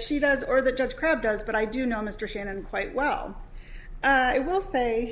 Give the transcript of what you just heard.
she does or the judge crabb does but i do know mr shannon quite well i will say